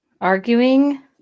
arguing